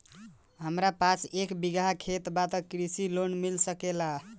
हमरा पास एक बिगहा खेत बा त कृषि लोन मिल सकेला?